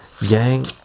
gang